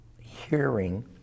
hearing